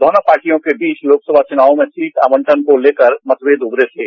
दोनों पार्टियों के बीच लोकसभा चूनाव में सीट आंवटन को लेकर मतभेद उभरे थे